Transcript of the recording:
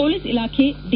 police ಇಲಾಖೆ D